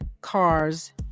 cars